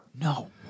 No